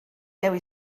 dewi